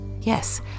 Yes